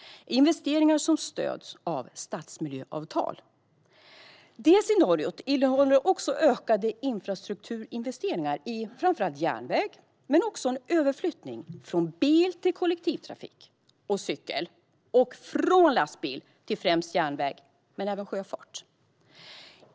Det är investeringar som stöds av stadsmiljöavtal. Det scenariot innehåller också ökade infrastrukturinvesteringar i framför allt järnväg, men också en överflyttning från bil till kollektivtrafik och cykel, och från lastbil till främst järnväg men även sjöfart.